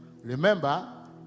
Remember